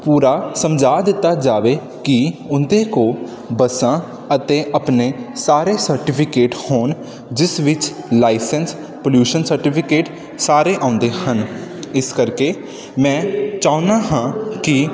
ਪੂਰਾ ਸਮਝਾ ਦਿੱਤਾ ਜਾਵੇ ਕਿ ਉਹਦੇ ਕੋਲ ਬੱਸਾਂ ਅਤੇ ਆਪਣੇ ਸਾਰੇ ਸਰਟੀਫਿਕੇਟ ਹੋਣ ਜਿਸ ਵਿੱਚ ਲਾਈਸੈਂਸ ਪਲਿਊਸ਼ਨ ਸਰਟੀਫਿਕੇਟ ਸਾਰੇ ਆਉਂਦੇ ਹਨ ਇਸ ਕਰਕੇ ਮੈਂ ਚਾਹੁੰਦਾ ਹਾਂ ਕਿ